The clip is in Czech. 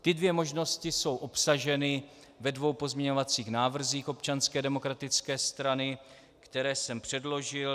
Ty dvě možnosti jsou obsaženy ve dvou pozměňovacích návrzích Občanské demokratické strany, které jsem předložil.